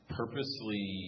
purposely